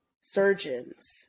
Surgeons